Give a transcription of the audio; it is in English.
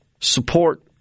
support